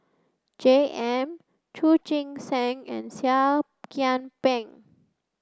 J M Chu Chee Seng and Seah Kian Peng